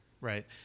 Right